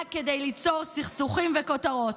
רק כדי ליצור סכסוכים וכותרות,